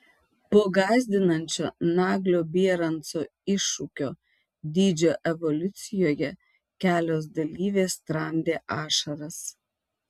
po gąsdinančio naglio bieranco iššūkio dydžio evoliucijoje kelios dalyvės tramdė ašaras